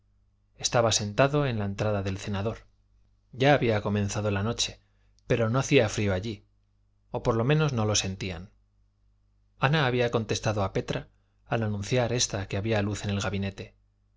estaba sentado a la entrada del cenador ya había comenzado la noche pero no hacía frío allí o por lo menos no lo sentían ana había contestado a petra al anunciar esta que había luz en el gabinete